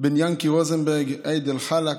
ליענקי רוזנברג, איאד אלחלאק,